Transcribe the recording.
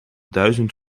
duizend